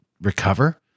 recover